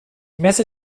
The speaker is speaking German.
messe